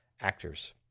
actors